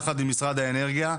יחד עם משרד האנרגיה,